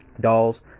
dolls